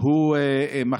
ונגד עוד אנשי ציבור ואנשי דת,